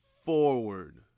forward